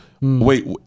Wait